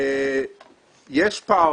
יש פער